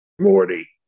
Morty